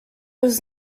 was